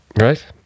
Right